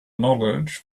knowledge